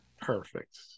Perfect